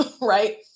right